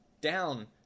down